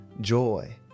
joy